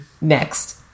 Next